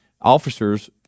Officers